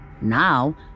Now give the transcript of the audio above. Now